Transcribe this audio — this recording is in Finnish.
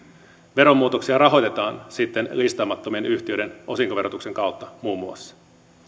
veromuutoksia rahoitetaan sitten listaamattomien yhtiöiden osinkoverotuksen kautta muun muassa